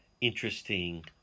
interesting